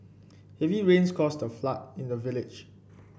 heavy rains caused a flood in the village